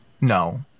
No